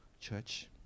church